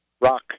Rock